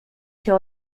się